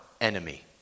enemy